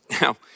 Now